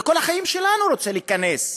לכל החיים שלנו הוא רוצה להיכנס.